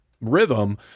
rhythm